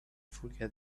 forget